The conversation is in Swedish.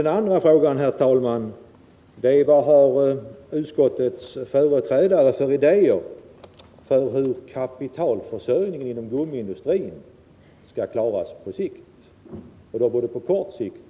Den andra frågan är: Vad har utskottets företrädare för idéer om hur kapitalförsörjningen inom gummiindustrin skall klaras på kort sikt och på lång sikt?